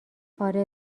آره